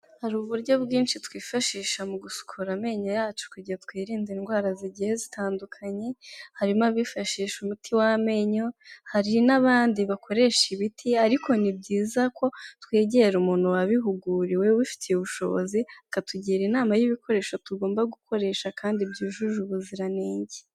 Hari uburyo bwinshi twifashisha mu gusukura amenyo yacu kugira twirinde indwara zigiye zitandukanye, harimo abifashisha umuti w'amenyo, hari n'abandi bakoresha ibiti ariko ni byiza ko twegera umuntu wabihuguriwe ubifitiye ubushobozi akatugira inama y'ibikoresho tugomba gukoresha kandi byujuje ubuziranenge.